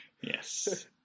Yes